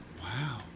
wow